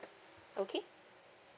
okay